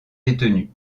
détenus